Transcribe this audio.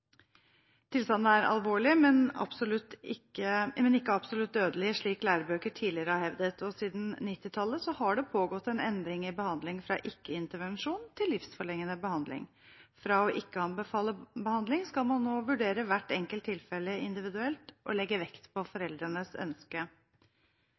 Tilstanden er alvorlig, men ikke absolutt dødelig, slik lærebøker tidligere har hevdet, og siden 1990-tallet har det pågått en endring i behandling fra ikke-intervensjon til livsforlengende behandling. Fra å ikke anbefale behandling skal man nå vurdere hvert enkelt tilfelle individuelt og legge vekt på foreldrenes ønske. Per dags dato finnes det ingen nasjonale faglige retningslinjer for